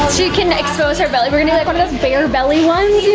she can expose her belly, but and like one of those bare belly ones,